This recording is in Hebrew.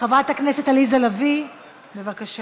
חברת הכנסת עליזה לביא, בבקשה.